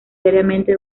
diariamente